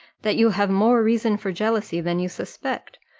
that you have more reason for jealousy than you suspect,